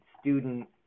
student